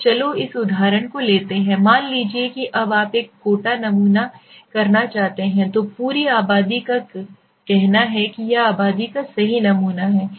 तो चलो इस उदाहरण को लेते हैं मान लीजिए कि अब आप एक कोटा नमूना करना चाहते हैं तो पूरी आबादी का कहना है कि यह आबादी का सही नमूना है